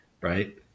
right